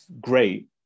great